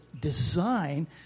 design